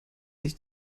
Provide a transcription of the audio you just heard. sich